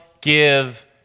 give